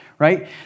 right